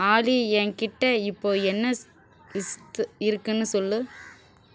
ஆலி என் கிட்டே இப்போது என்ன லிஸ் லிஸ்ட்டு இருக்குதுன்னு சொல்